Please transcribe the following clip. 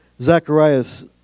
Zacharias